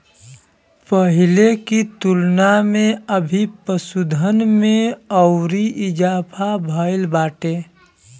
पहिले की तुलना में अभी पशुधन में अउरी इजाफा भईल बाटे